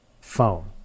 phone